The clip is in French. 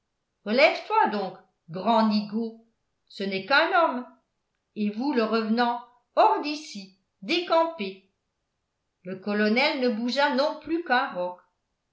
relève-toi donc grand nigaud ce n'est qu'un homme et vous le revenant hors d'ici décampez le colonel ne bougea non plus qu'un roc